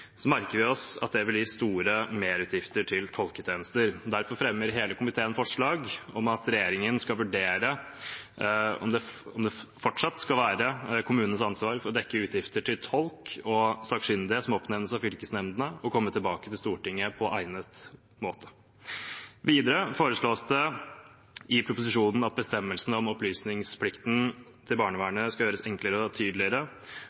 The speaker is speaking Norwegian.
merker vi oss at det vil gi store merutgifter til tolketjenester. Derfor fremmer hele komiteen forslag om at regjeringen skal vurdere om det fortsatt skal være kommunenes ansvar å dekke utgifter til tolk og sakkyndige som oppnevnes av fylkesnemndene, og komme tilbake til Stortinget på egnet måte. Videre foreslås det i proposisjonen at bestemmelsene om opplysningsplikten til barnevernet skal gjøres enklere og tydeligere.